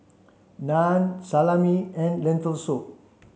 Naan Salami and Lentil soup